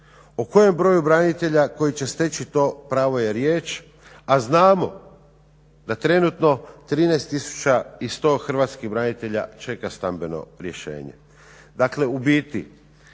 o kojem broju branitelja koji će steći to pravo je riječ, a znamo da trenutno 13100 hrvatskih branitelja čeka stambeno rješenje.